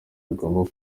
bigomba